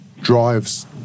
drives